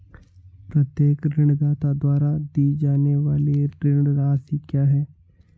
प्रत्येक ऋणदाता द्वारा दी जाने वाली ऋण राशि क्या है?